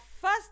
first